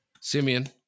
Simeon